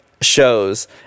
shows